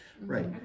Right